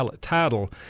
title